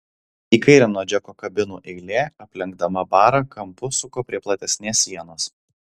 į kairę nuo džeko kabinų eilė aplenkdama barą kampu suko prie platesnės sienos